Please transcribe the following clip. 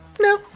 No